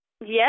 Yes